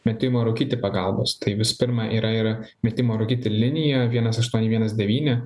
metimo rūkyti pagalbos tai visų pirma yra ir metimo rūkyti linijavienas aštuoni vienas devyni